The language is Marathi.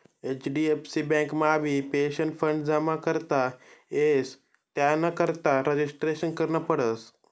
एच.डी.एफ.सी बँकमाबी पेंशनफंड जमा करता येस त्यानाकरता रजिस्ट्रेशन करनं पडस